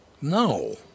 No